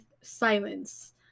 silence